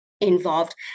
involved